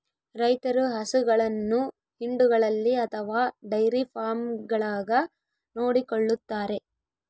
ರೈತರು ಹಸುಗಳನ್ನು ಹಿಂಡುಗಳಲ್ಲಿ ಅಥವಾ ಡೈರಿ ಫಾರ್ಮ್ಗಳಾಗ ನೋಡಿಕೊಳ್ಳುತ್ತಾರೆ